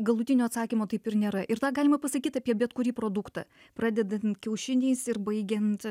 galutinio atsakymo taip ir nėra ir tą galima pasakyt apie bet kurį produktą pradedant kiaušiniais ir baigiant